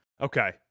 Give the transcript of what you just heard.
Okay